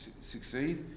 succeed